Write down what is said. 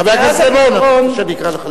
חבר הכנסת דנון, אתה רוצה שאני אקרא לך לסדר?